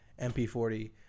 MP40